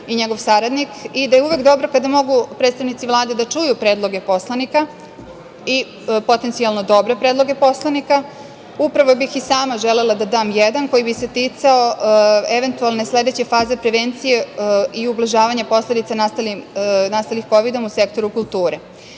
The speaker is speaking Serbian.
i njegov saradnik i da je uvek dobro kada mogu predstavnici Vlade da čuju predloge poslanika i potencijalno dobre predloge poslanika upravo bih i sama želela da dam jedan koji bi se ticao eventualne faze prevencije i ublažavanja posledica nastalih kovidom u sektoru kulture. Smatram